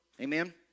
Amen